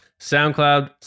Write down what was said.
SoundCloud